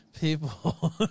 people